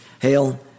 hail